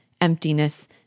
emptiness